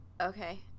okay